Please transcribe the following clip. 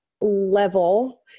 level